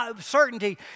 certainty